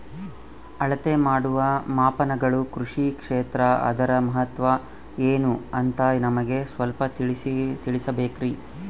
ಅಳತೆ ಮಾಡುವ ಮಾಪನಗಳು ಕೃಷಿ ಕ್ಷೇತ್ರ ಅದರ ಮಹತ್ವ ಏನು ಅಂತ ನಮಗೆ ಸ್ವಲ್ಪ ತಿಳಿಸಬೇಕ್ರಿ?